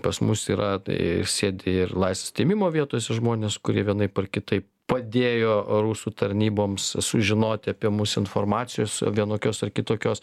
pas mus yra tai sėdi ir laisvės atėmimo vietose žmonės kurie vienaip ar kitaip padėjo rusų tarnyboms sužinoti apie mus informacijos vienokios ar kitokios